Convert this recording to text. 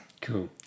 Cool